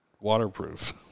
waterproof